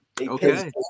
Okay